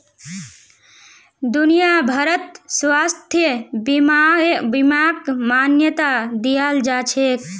दुनिया भरत स्वास्थ्य बीमाक मान्यता दियाल जाछेक